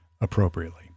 appropriately